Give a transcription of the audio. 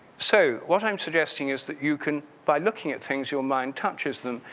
so what i'm suggesting is that you can, by looking at things, you mind touches them,